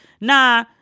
nah